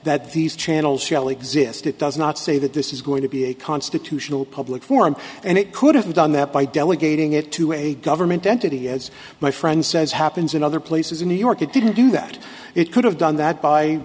that these channels shall exist it does not say that this is going to be a constitutional public forum and it could have done that by delegating it to a government entity as my friend says happens in other places in new york it didn't do that it could have done that by